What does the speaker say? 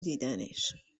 دیدنش